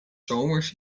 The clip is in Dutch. zomers